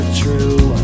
true